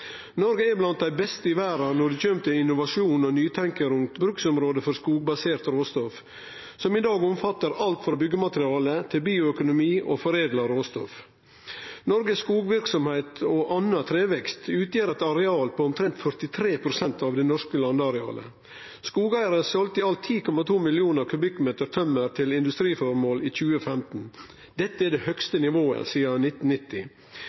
Noreg er blant dei beste i verda når det kjem til innovasjon og nytenking rundt bruksområde for skogbasert råstoff, som i dag omfattar alt frå byggemateriale til bioøkonomi og foredla råstoff. Noregs skogverksemd og annan trevekst utgjer eit areal på omtrent 43 pst. av det norske landarealet. Skogeigarar selde i alt 10,2 millionar kubikkmeter tømmer til industriformål i 2015. Dette er det høgste nivået sidan 1990.